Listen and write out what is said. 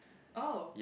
oh